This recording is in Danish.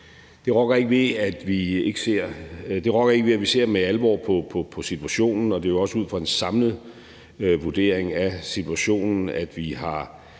Det rokker ikke ved, at vi ser med alvor på situationen, og det er jo også ud fra en samlet vurdering af situationen, at vi har